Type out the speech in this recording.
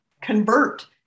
convert